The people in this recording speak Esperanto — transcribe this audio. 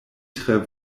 tre